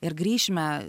ir grįšime